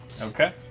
Okay